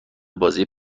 بازی